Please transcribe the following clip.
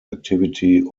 activity